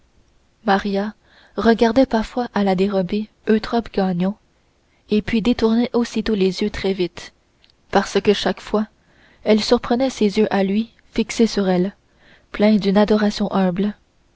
maria regardait parfois à la dérobée eutrope gagnon et puis détournait aussitôt les yeux très vite parce que chaque fois elle surprenait ses yeux à lui fixés sur elle pleins d'une adoration humble